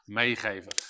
meegeven